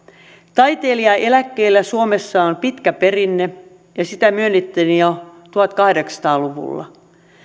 taiteilijaeläkkeellä on suomessa pitkä perinne ja sitä myönnettiin jo tuhatkahdeksansataa luvulla